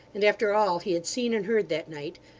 and after all he had seen and heard that night,